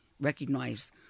recognize